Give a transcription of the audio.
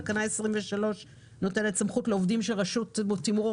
תקנה 23 נותנת סמכות לעובדים של רשות תמרור